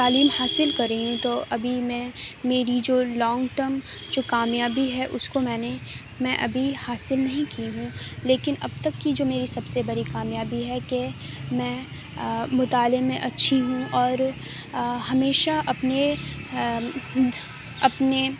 تعلیم حاصل کر رہی ہوں تو ابھی میں میری جو لونگ ٹرم جو کامیابی ہے اس کو میں نے میں ابھی حاصل نہیں کی ہوں لیکن اب تک کی جو میری سب سے بڑی کامیابی ہے کہ میں مطالعے میں اچھی ہوں اور ہمیشہ اپنے اپنے